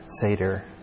Seder